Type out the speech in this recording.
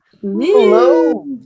Hello